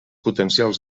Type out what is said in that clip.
potencials